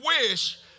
wish